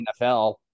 NFL